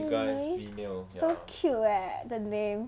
really so cute eh the name